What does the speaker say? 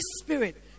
Spirit